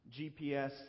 GPS